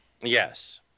Yes